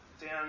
Dan